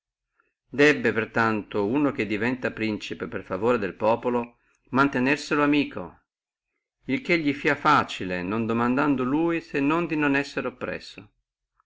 per tanto uno che diventi principe mediante el favore del populo mantenerselo amico il che li fia facile non domandando lui se non di non essere oppresso